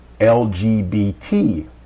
LGBT